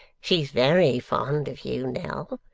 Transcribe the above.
she's very fond of you, nell,